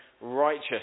righteous